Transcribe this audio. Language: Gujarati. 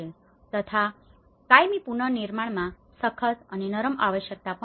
તથા કાયમી પુનર્નિર્માણમાં સખત અને નરમ આવશ્યકતાઓ પણ છે